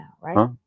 right